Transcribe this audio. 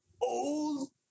old